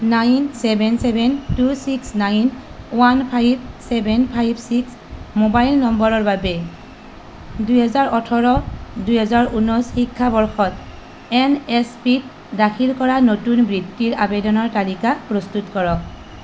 nine seven seven two six nine one five seven five six mobile নম্বৰৰ বাবে দুই হাজাৰ ওঠৰ দুই হাজাৰ ঊনৈছ শিক্ষাবৰ্ষত এন এছ পিত দাখিল কৰা নতুন বৃত্তিৰ আবেদনৰ তালিকা প্ৰস্তুত কৰক